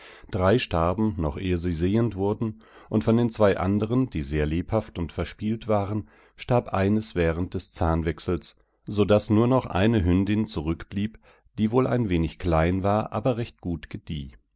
drei starben noch ehe sie sehend wurden und von den zwei anderen die sehr lebhaft und verspielt waren starb eines während des zahnwechsels so daß nur noch eine hündin zurückblieb die wohl ein wenig klein war aber recht gut gedieh